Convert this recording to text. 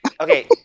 okay